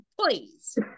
please